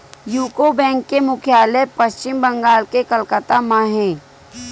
UCO bank के मुख्यालय पस्चिम बंगाल के कलकत्ता म हे